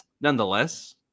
nonetheless